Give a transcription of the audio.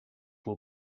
will